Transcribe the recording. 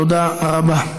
תודה רבה.